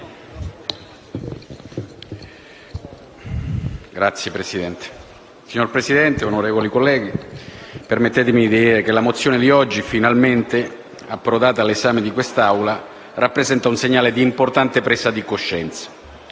Signora Presidente, onorevoli colleghi, permettetemi di dire che le mozioni di oggi - finalmente approdate all'esame di quest'Assemblea - rappresentano un segnale di importante presa di coscienza